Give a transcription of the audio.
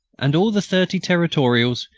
and all the thirty territorials,